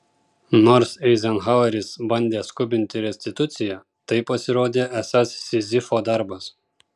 nors eizenhaueris bandė skubinti restituciją tai pasirodė esąs sizifo darbas